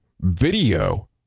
video